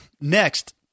Next